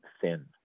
thin